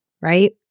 right